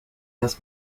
das